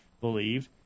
believed